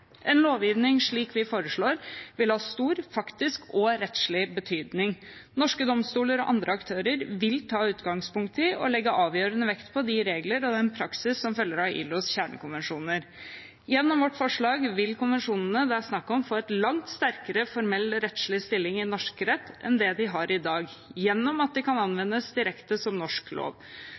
En lovgivning slik vi foreslår, vil ha stor faktisk og rettslig betydning. Norske domstoler og andre aktører vil ta utgangspunkt i og legge avgjørende vekt på de regler og den praksis som følger av ILOs kjernekonvensjoner. Gjennom vårt forslag vil konvensjonene det er snakk om, få en langt sterkere formell rettslig stilling i norsk rett enn det de har i dag, gjennom at de kan anvendes direkte som norsk lov.